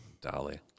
Dolly